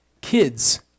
Kids